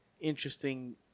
interesting